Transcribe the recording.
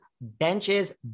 benches